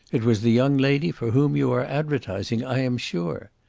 it was the young lady for whom you are advertising, i am sure.